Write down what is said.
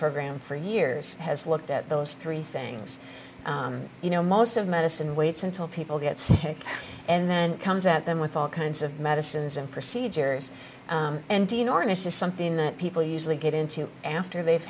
program for years has looked at those three things you know most of medicine waits until people get sick and then comes at them with all kinds of medicines and procedures and dean ornish is something that people usually get into after they've